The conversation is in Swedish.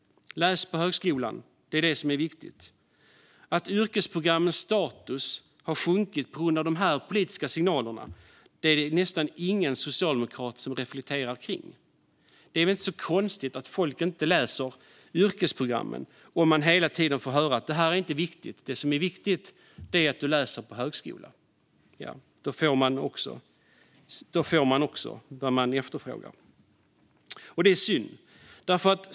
Läs på högskolan! Det är detta som är viktigt. Att yrkesprogrammens status har sjunkit på grund av de här politiska signalerna är det knappt någon socialdemokrat som reflekterar kring. Det är väl inte så konstigt att folk inte läser yrkesprogrammen om de hela tiden får höra att det inte är viktigt - det som är viktigt är att de läser på högskola. Då får man också vad man efterfrågar. Det är synd.